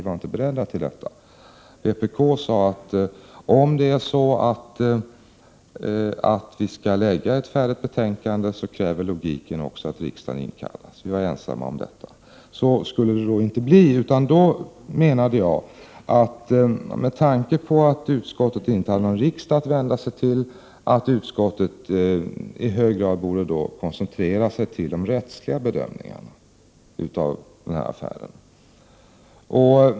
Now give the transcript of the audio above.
Vi i vpk sade: Om vi skall lägga fram ett färdigt betänkande, kräver logiken att riksdagen inkallas — vi var ensamma om den uppfattningen, men så skulle det inte bli. Med tanke på att utskottet inte hade någon riksdag att vända sig till menade jag att utskottet i hög grad borde koncentrera sig på de rättsliga bedömningarna av affären.